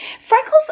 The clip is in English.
Freckles